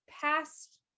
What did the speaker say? past